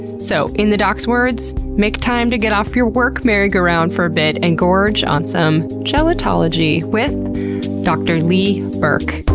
so, in the doc's words, make time to get off your work merry-go-round for a bit and gorge on some gelotology with dr. lee berk.